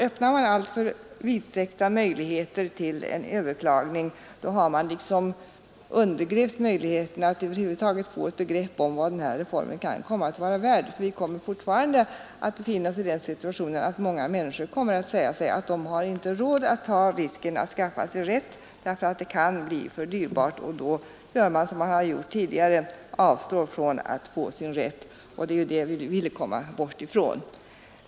Öppnar man alltför vidsträckta möjligheter till överklagning har man liksom undergrävt möjligheterna att över huvud taget ge ett begrepp om vad den här reformen kan vara värd. Vi kommer fortfarande att befinna oss i den situationen att många människor säger sig att de inte har råd att ta risken att skaffa sig rätt, därför att det kan bli för dyrbart, och då gör man som man gjort tidigare: avstår från att få sin rätt. Det är ju det vi vill komma bort från.